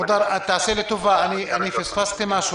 פספסתי משהו